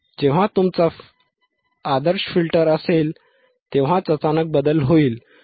जेव्हा तुमचा आदर्श फिल्टर असेल तेव्हाच अचानक बदल होईल